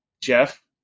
Jeff